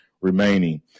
remaining